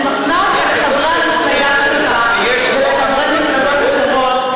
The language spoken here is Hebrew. אני מפנה אותך לחברי המפלגה שלך ולחברי מפלגות אחרות,